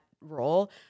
role